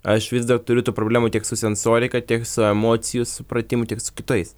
aš vis dar turiu tų problemų tiek su sensorika tiek su emocijų supratimu tiek su kitais